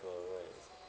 correct